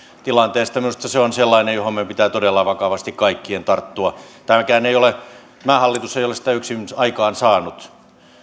tilanteesta minusta se on sellainen johon meidän pitää todella vakavasti kaikkien tarttua tämä hallitus ei ole sitä yksin aikaansaanut